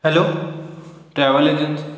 hello travel agency